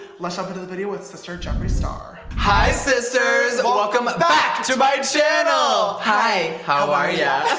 let's up to the video with sister jeffree star. hi sisters! welcome back to my channel. hi, how are yeah